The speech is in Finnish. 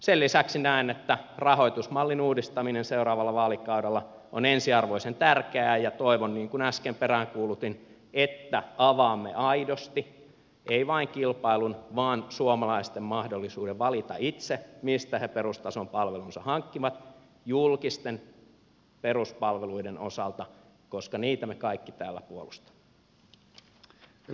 sen lisäksi näen että rahoitusmallin uudistaminen seuraavalla vaalikaudella on ensiarvoisen tärkeää ja toivon niin kuin äsken peräänkuulutin että avaamme aidosti ei vain kilpailun vaan suomalaisten mahdollisuuden valita itse mistä he perustason palvelunsa hankkivat julkisten peruspalveluiden osalta koska niitä me kaikki täällä puolustamme